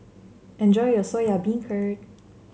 enjoy your Soya Beancurd